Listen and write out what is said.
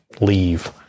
leave